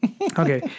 Okay